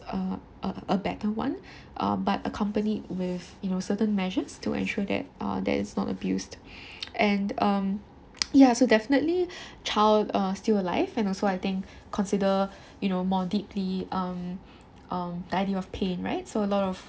a a a better one uh but accompanied with you know certain measures to ensure that uh that is not abused and um ya so definitely child uh still alive and so I think consider you know more deeply um um the idea of pain right so a lot of